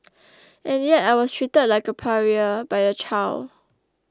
and yet I was treated like a pariah by a child